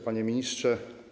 Panie Ministrze!